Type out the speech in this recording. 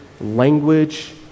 language